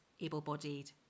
able-bodied